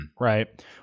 right